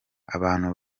abantu